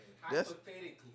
hypothetically